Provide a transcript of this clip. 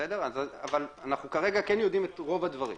אבל אנחנו כרגע כן יודעים את רוב הדברים.